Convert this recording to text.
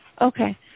Okay